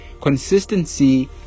consistency